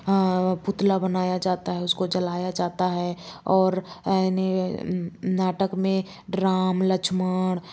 पुतला बनाया जाता है उसको जलाया जाता है और नाटक में राम लक्ष्मण